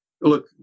Look